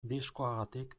diskoagatik